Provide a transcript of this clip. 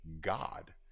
God